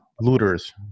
looters